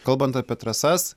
kalbant apie trasas